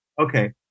Okay